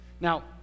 Now